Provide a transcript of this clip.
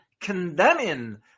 condemning